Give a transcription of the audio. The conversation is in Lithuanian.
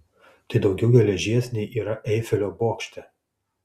tai daugiau geležies nei yra eifelio bokšte